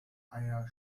eier